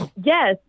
Yes